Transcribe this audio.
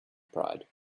pride